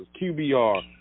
QBR